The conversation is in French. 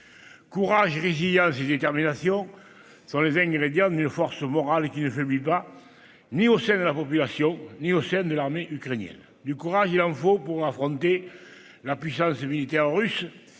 Courage, résilience et détermination sont les ingrédients d'une force morale qui ne faiblit pas, ni au sein de la population ni au sein de l'armée ukrainienne. Du courage, il en faut pour affronter la puissance militaire russe